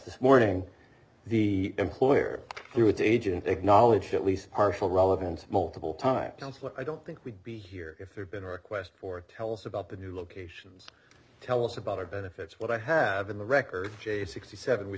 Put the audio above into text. this morning the employer through the agent acknowledged at least partial relevance multiple times i don't think we'd be here if there'd been a request for tell us about the new locations tell us about our benefits what i have in the records sixty seven we